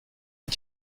est